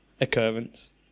occurrence